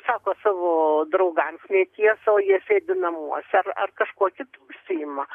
sako savo draugams netiesą o jie sėdi namuose ar kažkuo kitu užsiima